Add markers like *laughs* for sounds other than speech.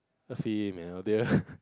a female deer *laughs*